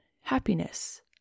happiness